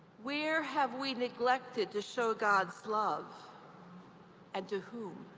where have we neglected to show god's love and to whom?